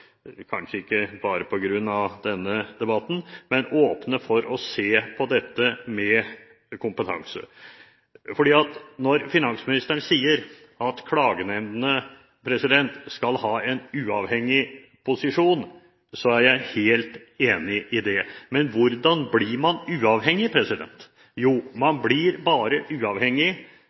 kanskje ikke bare på grunn av denne debatten – å se på dette med kompetanse. Når finansministeren sier at klagenemndene skal ha en uavhengig posisjon, er jeg helt enig i det. Men hvordan blir man uavhengig? Jo, man blir bare uavhengig